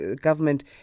government